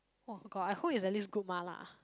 oh god I hope it's at least good Mala